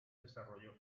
desarrolló